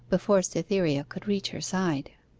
before cytherea could reach her side.